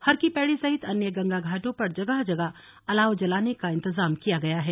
हरकी पैड़ी सहित अन्य गंगा घाटों पर जगह जगह अलाव जलाने का इंतजाम किया गया है